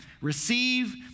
receive